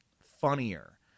funnier